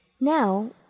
Now